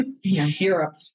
Europe